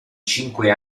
cinque